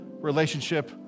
relationship